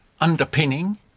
underpinning